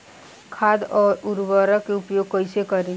खाद व उर्वरक के उपयोग कईसे करी?